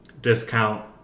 discount